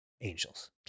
angels